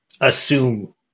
assume